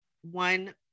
one